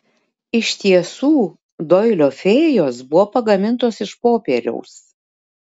iš tiesų doilio fėjos buvo pagamintos iš popieriaus